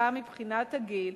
גם מבחינת הגיל,